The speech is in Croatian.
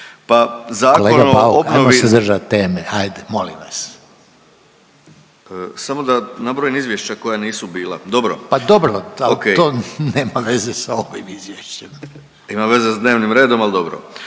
.../Upadica: Kolega Bauk, ajmo se držati teme, hajde, molim vas./... samo da nabrojim izvješća koja nisu bila. Dobro. Okej. .../Upadica: Pa dobro, to nema veze sa ovim izvješćem./... Ima veze s dnevnim redom, ali dobro.